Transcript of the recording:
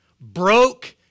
broke